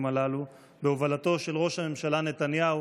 הללו בהובלתו של ראש הממשלה נתניהו,